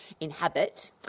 inhabit